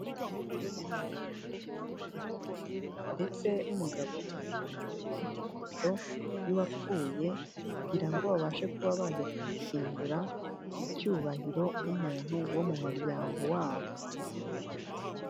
Abantu baterureye isanduku ebyiri ndetse n'umugabo umwe uri imbere ufite ifoto y'uwapfuye kugira ngo babashe kuba bajya kumushyingura, mu cyubahiro nk'umuntu wo mu muryango wabo.